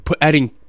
adding